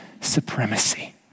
supremacy